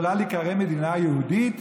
יכולה להיקרא מדינה יהודית?